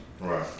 Right